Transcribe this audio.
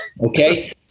Okay